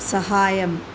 സഹായം